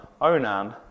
Onan